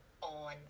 on